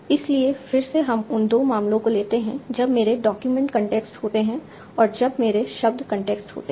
इसलिए फिर से हम उन 2 मामलों को लेते हैं जब मेरे डॉक्यूमेंट कॉन्टेक्स्ट होते हैं और जब मेरे शब्द कॉन्टेक्स्ट होते हैं